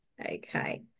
Okay